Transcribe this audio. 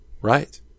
Right